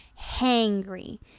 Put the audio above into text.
hangry